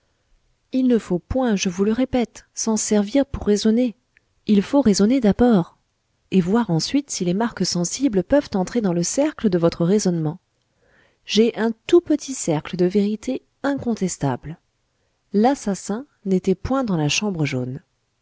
il ne faut point s'en servir pour raisonner il faut raisonner d'abord et voir ensuite si les marques sensibles peuvent entrer dans le cercle de votre raisonnement j'ai un tout petit cercle de vérité incontestable l'assassin n'était point dans la chambre jaune